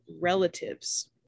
relatives